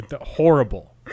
horrible